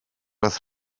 roedd